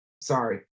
Sorry